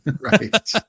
right